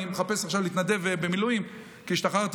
אני מחפש עכשיו להתנדב במילואים כי השתחררתי,